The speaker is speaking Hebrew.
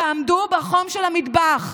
תעמדו בחום של המטבח.